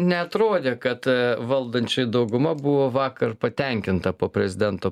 neatrodė kad valdančioji dauguma buvo vakar patenkinta po prezidento